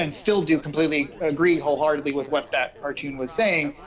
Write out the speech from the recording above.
and still do completely agree wholeheartedly with what that cartoon was saying.